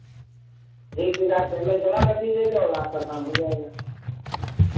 ठीक ठीक आप पेमेंट जमा कर दीजिएगा और आपका काम हो जाएगा